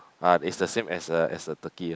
ah it's the same as a as a turkey eh